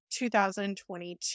2022